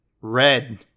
Red